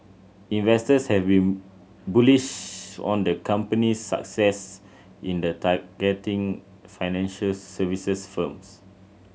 investors having bullish on the company's success in the targeting financial services firms